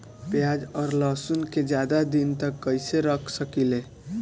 प्याज और लहसुन के ज्यादा दिन तक कइसे रख सकिले?